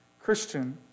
Christian